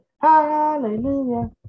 Hallelujah